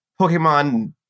Pokemon